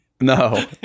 No